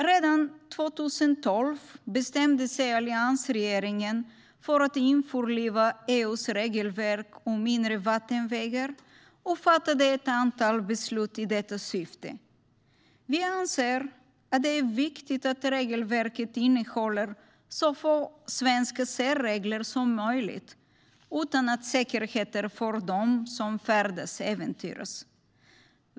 Redan 2012 bestämde sig alliansregeringen för att införliva EU:s regelverk om inre vattenvägar och fattade ett antal beslut i detta syfte. Vi anser att det är viktigt att regelverket innehåller så få svenska särregler som möjligt utan att säkerheten för dem som färdas äventyras.